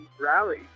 rally